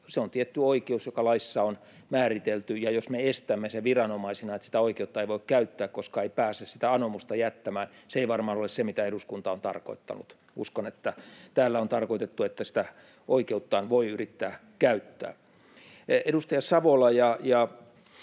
Se on tietty oikeus, joka laissa on määritelty, ja jos me estämme sen viranomaisina, että sitä oikeutta ei voi käyttää, koska ei pääse sitä anomusta jättämään, se ei varmaan ole se, mitä eduskunta on tarkoittanut. Uskon, että täällä on tarkoitettu, että sitä oikeuttaan voi yrittää käyttää. Edustaja Savola